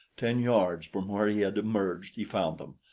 ten yards from where he had emerged he found them,